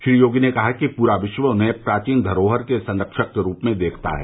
श्री योगी ने कहा कि पूरा विश्व उन्हें प्राचीन धरोहर के संरक्षक के रूप में देखता है